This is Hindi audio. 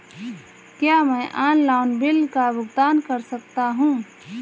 क्या मैं ऑनलाइन बिल का भुगतान कर सकता हूँ?